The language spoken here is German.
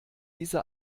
diese